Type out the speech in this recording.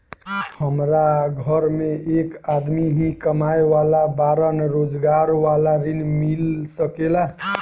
हमरा घर में एक आदमी ही कमाए वाला बाड़न रोजगार वाला ऋण मिल सके ला?